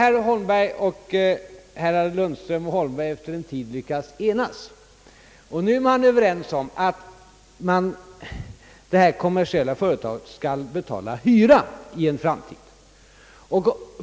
Emellertid har herrar Lundström och Holmberg efter en tid lyckats komma överens om att det kommersiella företaget skall betala hyra i en framtid.